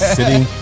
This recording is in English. Sitting